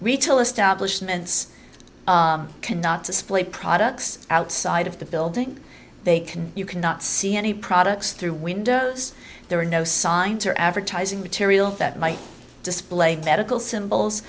retail establishments cannot display products outside of the building they can you cannot see any products through windows there are no signs or advertising materials that might display medical symbols